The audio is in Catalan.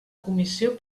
comissió